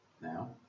now